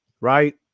right